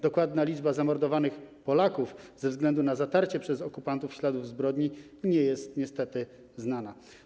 Dokładna liczba zamordowanych Polaków ze względu na zatarcie przez okupantów śladów zbrodni nie jest niestety znana.